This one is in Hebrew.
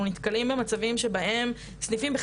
אנחנו נתקלים במצבים שבהם הסניפים של